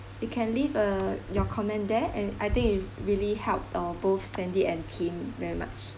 you can leave a your comment there and I think it really help uh both sandy and tim very much